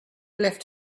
left